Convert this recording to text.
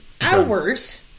hours